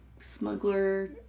smuggler